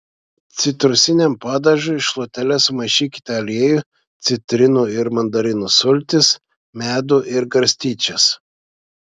citrusiniam padažui šluotele sumaišykite aliejų citrinų ir mandarinų sultis medų ir garstyčias